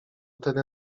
tedy